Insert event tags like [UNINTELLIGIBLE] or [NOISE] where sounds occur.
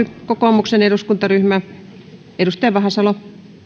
[UNINTELLIGIBLE] kokoomuksen eduskuntaryhmä edustaja vahasalo